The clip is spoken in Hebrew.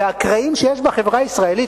הקרעים שיש בחברה הישראלית,